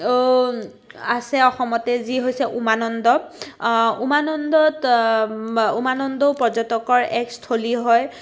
আছে অসমতেই যি হৈছে উমানন্দ উমানন্দত উমানন্দও পৰ্যটকৰ এক স্থলী হয়